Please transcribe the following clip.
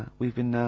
we've been ah,